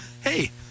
hey